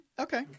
okay